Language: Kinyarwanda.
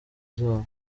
zawo